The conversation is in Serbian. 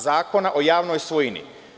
Zakona o javnoj svojini.